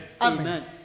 Amen